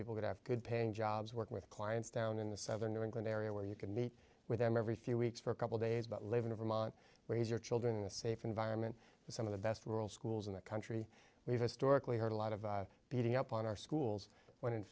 people would have good paying jobs work with clients down in the southern new england area where you could meet with them every few weeks for a couple days but live in vermont raise your children in a safe environment some of the best rural schools in the country we've historically heard a lot of beating up on our schools when in